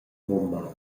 mumma